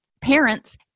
parents